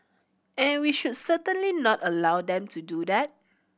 and we should certainly not allow them to do that